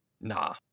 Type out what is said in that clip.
Nah